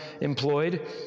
employed